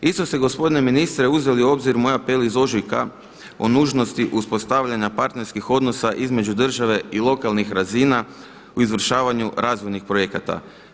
Isto ste gospodine ministre uzeli u obzir moj apel iz ožujka o nužnosti uspostavljanja partnerskih odnosa između države i lokalnih razina u izvršavanju razvojnih projekata.